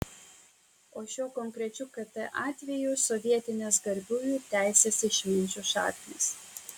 o šiuo konkrečiu kt atveju sovietinės garbiųjų teisės išminčių šaknys